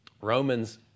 Romans